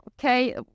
okay